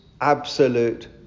absolute